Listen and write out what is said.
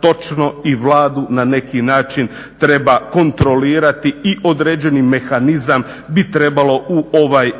točno i Vladu na neki način treba kontrolirati i određeni mehanizam bi trebalo u ovaj